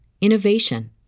innovation